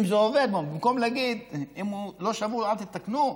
במקום להגיד שאם הוא לא שבור אל תתקנו,